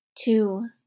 Two